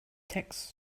tacks